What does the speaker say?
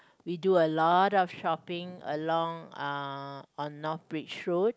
we do a lot of shopping along uh on North Bridge road